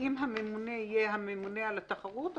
האם הממונה יהיה הממונה על התחרות,